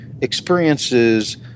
experiences